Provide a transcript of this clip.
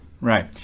Right